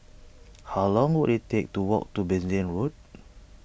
how long will it take to walk to Bassein Road